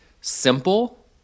simple